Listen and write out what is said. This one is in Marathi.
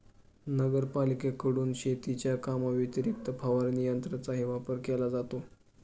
नगरपालिकेकडून शेतीच्या कामाव्यतिरिक्त फवारणी यंत्राचाही वापर केला जातो